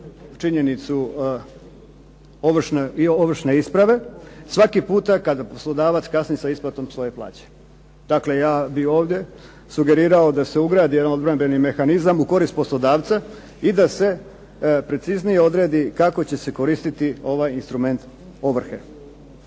ovu činjenicu ovršne isprave, svaki puta kada poslodavac kasni sa isplatom svoje plaće. Dakle, ja bih ovdje sugerirao da se ugradi jedan obrambeni mehanizam u korist poslodavca i da se preciznije odredi kako će se koristiti ovaj instrument ovrhe.